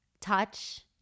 touch